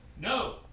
No